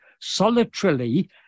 solitarily